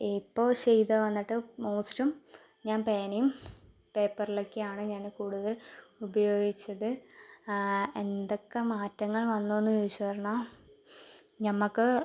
ഇപ്പോൾ ചെയ്ത് വന്നിട്ട് മോസ്റ്റും ഞാൻ പേനയും പേപ്പറിലൊക്കെയാണ് ഞാൻ കൂടുതൽ ഉപയോഗിച്ചത് എന്തൊക്കെ മാറ്റങ്ങൾ വന്നു എന്ന് ചോദിച്ച് പറഞ്ഞാൽ നമ്മൾക്ക്